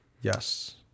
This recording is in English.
Yes